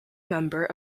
member